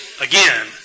Again